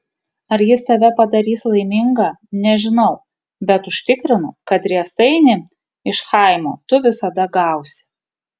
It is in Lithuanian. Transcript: ar jis tave padarys laimingą nežinau bet užtikrinu kad riestainį iš chaimo tu visada gausi